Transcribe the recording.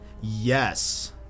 Yes